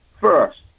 first